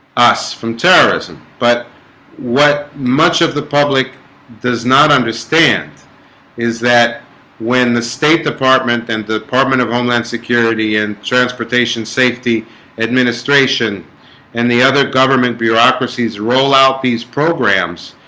us from terrorism but what much of the public does not understand is? that when the state department and the department of homeland security and transportation safety administration and the other government bureaucracies roll out these programs.